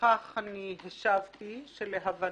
לכך אני השבתי שלהבנתי,